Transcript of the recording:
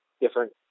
different